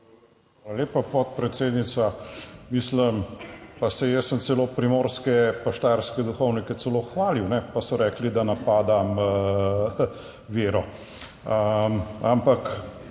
lepa, podpredsednica. Mislim, pa saj jaz sem celo primorske, pa štajerske duhovnike celo hvalil, pa so rekli, da napadam vero. Ampak,